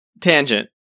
Tangent